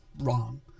wrong